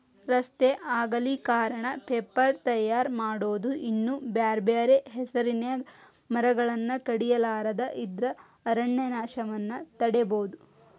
ರಸ್ತೆ ಅಗಲೇಕರಣ, ಪೇಪರ್ ತಯಾರ್ ಮಾಡೋದು ಇನ್ನೂ ಬ್ಯಾರ್ಬ್ಯಾರೇ ಹೆಸರಿನ್ಯಾಗ ಮರಗಳನ್ನ ಕಡಿಲಾರದ ಇದ್ರ ಅರಣ್ಯನಾಶವನ್ನ ತಡೇಬೋದು